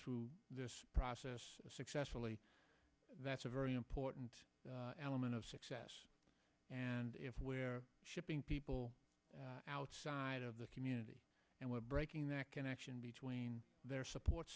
through this process successfully that's a very important element of success where shipping people outside of the community and we're breaking that connection between their support